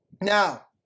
Now